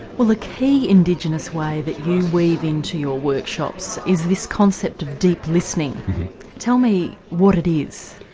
well the key indigenous way that you weave in to your workshops is this concept of deep listening tell me what it is.